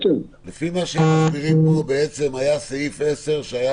לפי מה שהם מסבירים פה היה סעיף 10 שהיו